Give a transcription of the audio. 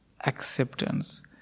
acceptance